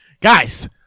Guys